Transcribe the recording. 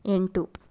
ಎಂಟು